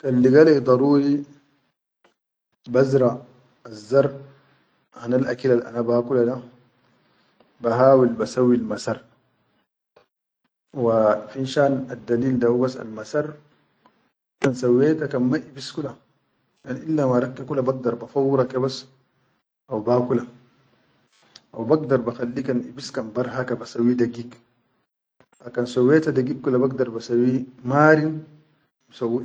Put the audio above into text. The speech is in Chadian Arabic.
Kan liga leyidaruhi bazra azzar hanal akil ana ba kula da, ba hawil ba sawwil masar wa finshan addalil da hubas al masar kan sawweta kan ma yibis kula, kan hinna warak ke kula bagdar ba fawwura ke bas haw ba kula. Haw bagdar ba khali kan yibis barhaka ba sawwi dagig ha kan sawweta dagig kula bagdar ba sawwi marin.